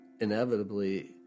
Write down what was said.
inevitably